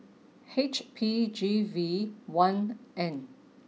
H P G V one N